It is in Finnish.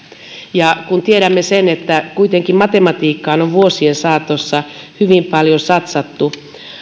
ja kun tiedämme sen että kuitenkin matematiikkaan on vuosien saatossa hyvin paljon satsattu